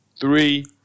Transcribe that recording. Three